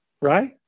Right